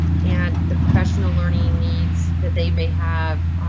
and the professional learning needs that they may have,